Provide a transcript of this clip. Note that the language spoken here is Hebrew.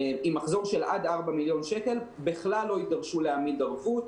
עם מחזור של עד 4 מיליון שקל בכלל לא יידרשו להעמיד ערבות,